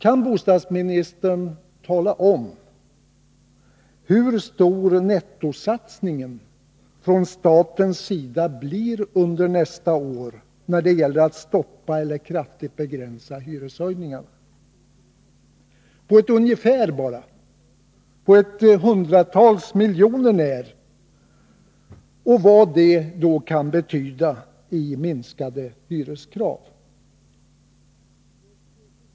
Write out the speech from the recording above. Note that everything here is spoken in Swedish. Kan bostadsministern tala om hur stor nettosatsningen från statens sida blir under nästa år när det gäller att stoppa eller kraftigt begränsa hyreshöjningarna? Kan bostadsministern säga det bara på ett ungefär, på ett hundratal miljoner kronor när och vad detta kan betyda i minskade hyreskrav?